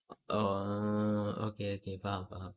ah okay okay faham faham